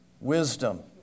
wisdom